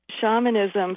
shamanism